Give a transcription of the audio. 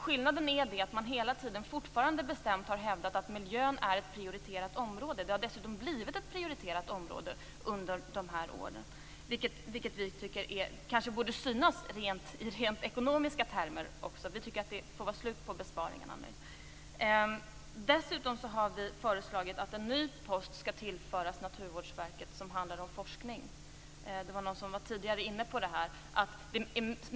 Skillnaden är att man hela tiden bestämt har hävdat att miljön är ett prioriterat område. Det har blivit så under de här åren, vilket vi nog tycker borde synas också i rent ekonomiska termer. Vi tycker att det nu får vara slut på att göra besparingar. Dessutom har vi föreslagit att en ny post skall tillföras Naturvårdsverket. Det handlar om forskning. Någon var tidigare inne på detta.